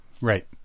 Right